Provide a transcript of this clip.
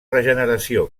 regeneració